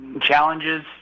Challenges